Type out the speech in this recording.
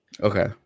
Okay